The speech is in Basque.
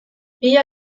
mila